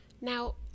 Now